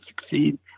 succeed